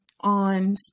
on